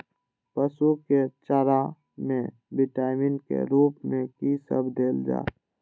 पशु के चारा में विटामिन के रूप में कि सब देल जा?